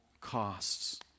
costs